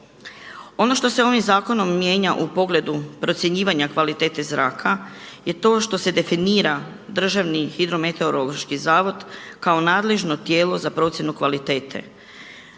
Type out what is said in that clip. Ono što se ovim zakonom mijenja u pogledu procjenjivanja kvalitete zraka je to što se definira Državni hidrometeorološki zavod kao nadležno tijelo za procjenu kvalitete.